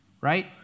right